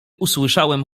usłyszałem